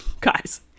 Guys